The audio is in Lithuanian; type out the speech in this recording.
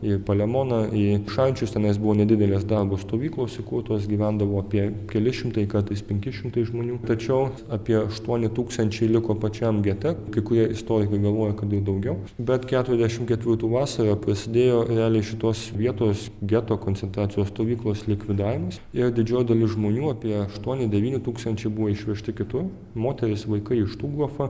į palemoną į šančius tenais buvo nedidelės darbo stovyklos įkurtos gyvendavo apie keli šimtai kartais penki šimtai žmonių tačiau apie aštuoni tūkstančiai liko pačiam gete kai kurie istorikai galvoja kad ir daugiau bet keturiasdešimt ketvirtų vasarą prasidėjo realiai šitos vietos geto koncentracijos stovyklos likvidavimas ir didžioji dalis žmonių apie aštuoni devyni tūkstančiai buvo išvežti kitur moterys vaikai į štuthofą